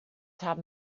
haben